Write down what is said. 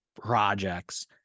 projects